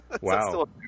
wow